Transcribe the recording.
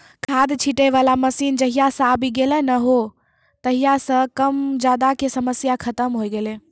खाद छीटै वाला मशीन जहिया सॅ आबी गेलै नी हो तहिया सॅ कम ज्यादा के समस्या खतम होय गेलै